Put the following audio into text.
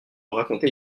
raconter